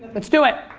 let's do it.